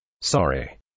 sorry